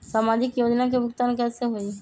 समाजिक योजना के भुगतान कैसे होई?